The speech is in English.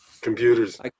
Computers